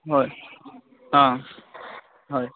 হয় অঁ হয়